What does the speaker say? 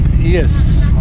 Yes